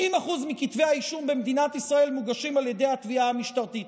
90% מכתבי האישום במדינת ישראל מוגשים על ידי התביעה המשטרתית,